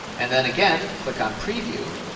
and then again click on preview.